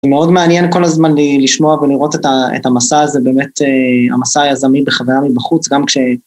מאוד מעניין כל הזמן לשמוע ולראות את המסע הזה, באמת המסע היזמי בחוויה מבחוץ, גם כש...